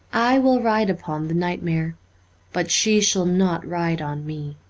i will ride upon the nightmare but she shall not ride on me.